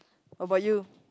how about you